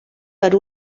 per